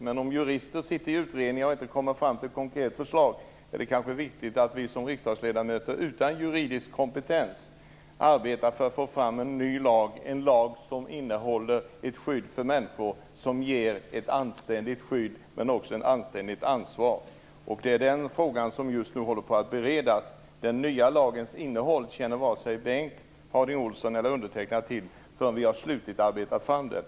Men om jurister sitter i utredningen och inte kommer fram till ett konkret förslag är det viktigt att vi som riksdagsledamöter utan juridisk kompetens arbetar för att få fram en ny lag, som innehåller ett skydd för människor och som ger ett anständigt skydd men också ett anständigt ansvar. Det är den frågan som just nu håller på att beredas. Den nya lagens innehåll känner inte vare sig Bengt Harding Olson eller jag till förrän vi har slutligt arbetat fram det.